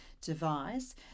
device